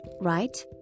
right